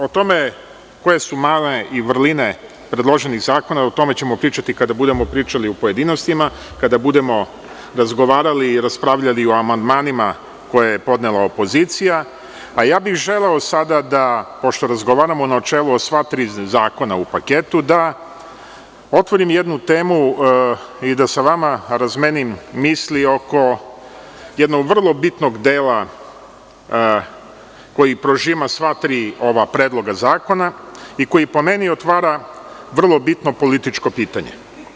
O tome koje su mane i vrline predloženih zakona, o tome ćemo pričati kada budemo pričali u pojedinostima, kada budemo razgovarali i raspravljali o amandmanima koje je podnela opozicija, a ja bih želeo sada, pošto razgovaramo u načelu o sva tri zakona u paketu da otvorim jednu temu i da sa vama razmenim misli oko jednog vrlo bitnog dela koji prožima sva tri predloga zakona i koji po meni otvara vrlo bitno političko pitanje.